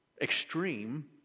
extreme